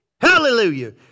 Hallelujah